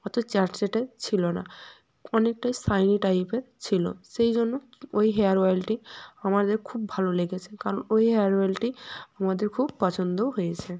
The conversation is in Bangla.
অত চ্যাটচ্যাটে ছিল না অনেকটাই শাইনি টাইপের ছিল সেই জন্য ওই হেয়ার অয়েলটি আমাদের খুব ভালো লেগেছে কারণ ওই হেয়ার অয়েলটি আমাদের খুব পছন্দও হয়েছে